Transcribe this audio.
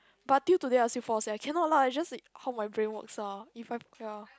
but due to that I still force leh cannot lah it just it help my brain works ah if I ya